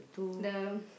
the